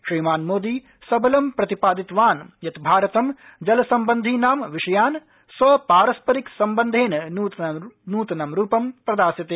श्रीमान् मोदी सबलं प्रतिपादितवान् यत् भारतम् जल सम्बन्धीनां विषयान् स्व पारस्परिक सम्बन्धेन नूतनं रूपं प्रदास्यते